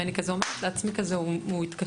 ואני כזה אומרת לעצמי כזה הוא יתקשר,